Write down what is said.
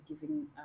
giving